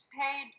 paid